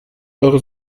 eure